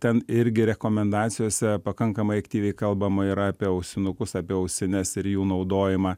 ten irgi rekomendacijose pakankamai aktyviai kalbama yra apie ausinukus apie ausines ir jų naudojimą